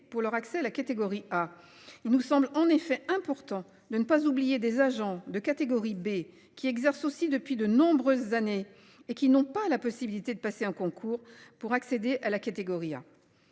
pour leur accès à la catégorie A, il nous semble en effet important de ne pas oublier des agents de catégorie B qui exerce aussi depuis de nombreuses années et qui n'ont pas la possibilité de passer un concours pour accéder à la catégorie A.